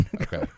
okay